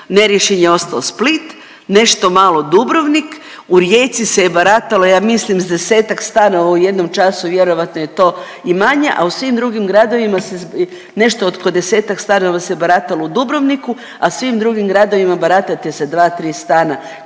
Neriješen je ostao Split, nešto malo Dubrovnik, u Rijeci se je baratalo ja mislim s 10-ak stanova u jednom času vjerojatno je to i manje, a u svim drugim gradovima se nešto oko 10-ak stanova se baratalo u Dubrovniku, a svim drugim gradovima baratate sa 2-3 stana